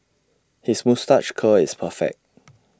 his moustache curl is perfect